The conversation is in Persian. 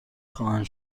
خواهند